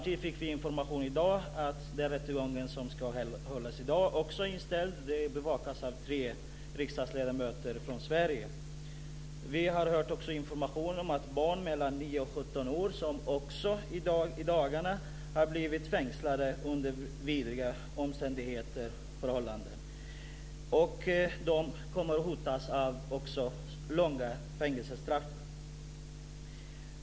I dag fick vi information om att den rättegång som skulle hållas i dag också är inställd. Den skulle ha bevakats av tre riksdagsledamöter från Sverige. Vi har också fått information om att barn mellan 9 och 17 år i dagarna har blivit fängslade under vidriga omständigheter. De kommer också att hotas av långa fängelsestraff.